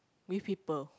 with people